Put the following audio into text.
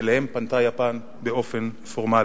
שאליהן פנתה יפן באופן פורמלי.